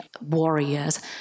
warriors